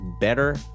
better